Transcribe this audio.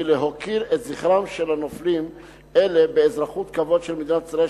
היא להוקיר את זכרם של נופלים אלה באזרחות כבוד של מדינת ישראל,